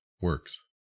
works